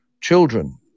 children